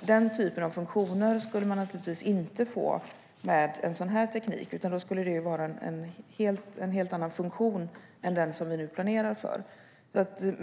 Den typen av funktioner skulle man naturligtvis inte få med en sådan här teknik, utan då skulle det vara en helt annan funktion än den som vi nu planerar för.